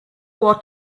ought